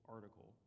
article